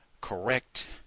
correct